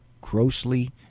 grossly